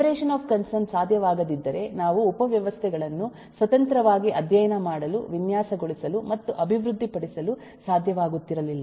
separation of concern ಸಾಧ್ಯವಾಗದಿದ್ದರೆ ನಾವು ಉಪವ್ಯವಸ್ಥೆಗಳನ್ನು ಸ್ವತಂತ್ರವಾಗಿ ಅಧ್ಯಯನ ಮಾಡಲು ವಿನ್ಯಾಸಗೊಳಿಸಲು ಮತ್ತು ಅಭಿವೃದ್ಧಿಪಡಿಸಲು ಸಾಧ್ಯವಾಗುತ್ತಿರಲಿಲ್ಲ